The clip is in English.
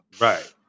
Right